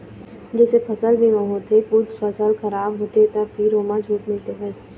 जइसे फसल बीमा होथे कुछ फसल खराब होथे त फेर ओमा छूट मिलथे भई